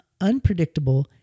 unpredictable